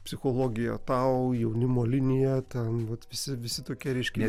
psichologija tau jaunimo linija ten vat visi visi tokie reiškiniai